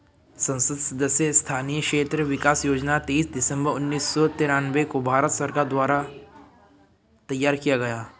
संसद सदस्य स्थानीय क्षेत्र विकास योजना तेईस दिसंबर उन्नीस सौ तिरान्बे को भारत सरकार द्वारा तैयार किया गया